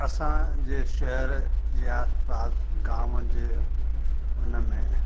असांजे शहर जे आसपास गांव जे हुनमें